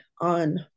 on